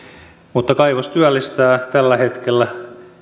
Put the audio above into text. mutta kaivos työllistää tällä hetkellä